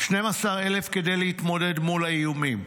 12,000 כדי להתמודד מול האיומים.